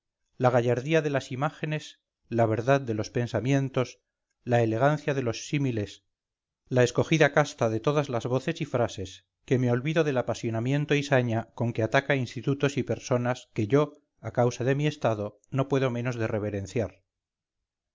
la gallardía de las imágenes la verdad de los pensamientos la elegancia de los símiles la escogida casta de todas las voces y frases que me olvido del apasionamiento y saña con que ataca institutos y personas que yo a causa de mi estado no puedo menos de reverenciar